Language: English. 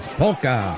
polka